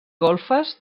golfes